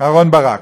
אהרן ברק,